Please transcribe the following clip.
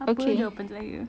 apa jawapan saya